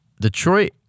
Detroit